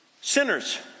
Sinners